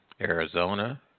Arizona